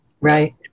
right